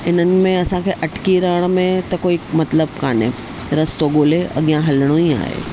हिननि में असांखे अटिकी रहण में त कोई मतिलबु कोन्हे रस्तो ॻोल्हे अॻियां हलिणो ई आहे